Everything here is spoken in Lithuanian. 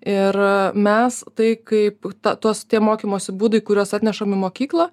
ir mes tai kaip ta tos tie mokymosi būdai kuriuos atnešam į mokyklą